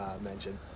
mention